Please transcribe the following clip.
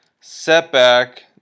setback